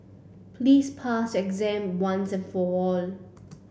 please pass your exam once and for all